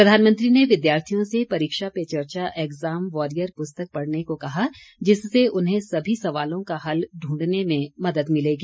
प्रधानमंत्री ने विद्यार्थियों से परीक्षा पे चर्चा एग्जाम वॉरियर पुस्तक पढ़ने को कहा जिससे उन्हें सभी सवालों का हल ढूंढने में मदद मिलेगी